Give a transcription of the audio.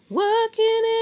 working